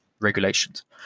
Regulations